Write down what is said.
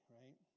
right